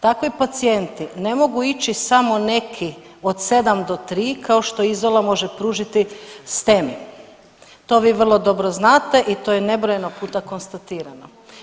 Takve pacijenti ne mogu ići samo neki od 7 do 3, kao što Izola može pružiti ... to vi vrlo dobro znate i to je nebrojeno puta konstatirano.